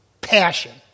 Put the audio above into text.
Passion